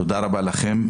תודה רבה לכם.